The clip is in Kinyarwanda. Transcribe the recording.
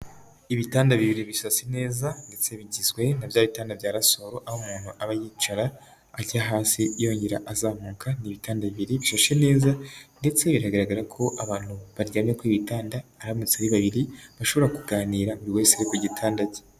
Ibitanda bibiri bisase neza ndetse bigizwe na bya bitanda bya rasoro, aho umuntu aba yicara ajya hasi yongera azamuka, n'ibitanda bibiri bishashe neza ndetse bigaragara ko abantu baryamye kuri ibi bitanda aramutse ari babiri bashobora kuganira buri wese ari ku gitanda cye.